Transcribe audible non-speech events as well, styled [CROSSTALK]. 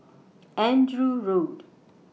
[NOISE] Andrew Road